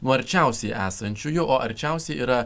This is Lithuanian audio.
nuo arčiausiai esančiųjų o arčiausiai yra